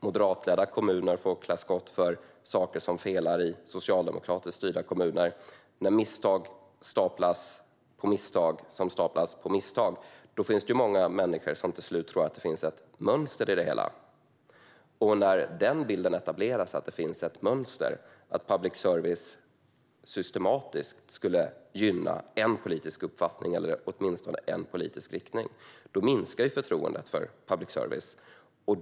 Moderatledda kommuner får klä skott för saker som felar i socialdemokratiskt styrda kommuner. När misstag staplas på misstag som staplas på misstag finns det många människor som till slut tror att det finns ett mönster i det hela. När en sådan bild etableras och man tror att public service systematiskt gynnar en politisk uppfattning eller åtminstone en politisk riktning minskar förtroendet för public service.